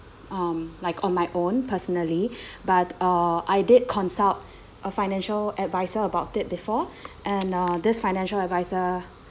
um like on my own personally but uh I did consult a financial adviser about it before and uh this financial adviser